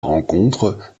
rencontre